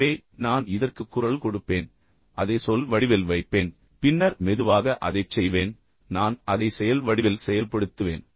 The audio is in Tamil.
எனவே நான் இதற்கு குரல் கொடுப்பேன் அதை சொல் வடிவில் வைப்பேன் பின்னர் மெதுவாக அதைச் செய்வேன் நான் அதை செயல் வடிவில் செயல்படுத்துவேன்